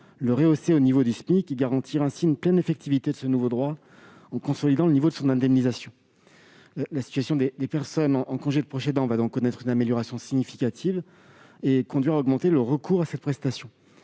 le rehausser à hauteur du SMIC, garantissant ainsi la pleine effectivité de ce nouveau droit en consolidant le niveau de son indemnisation. La situation des personnes en congé de proche aidant va donc connaître une amélioration significative et le recours à cette prestation